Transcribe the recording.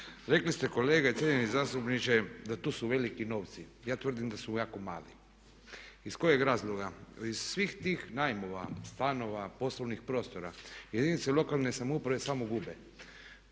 Rekli ste kolega i cijenjeni zastupniče da tu su veliki novci. Ja tvrdim da su jako mali. Iz kojeg razloga? Iz svih tih najmova stanova, poslovnih prostora jedinice lokalne samouprave samo gube.